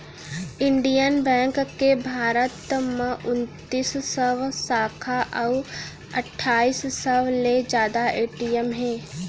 Indian bank के भारत म उनतीस सव साखा अउ अट्ठाईस सव ले जादा ए.टी.एम हे